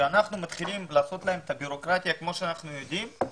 כשאנחנו מתחילים לעשות להם את הבירוקרטיה כמו שאנחנו יודעים,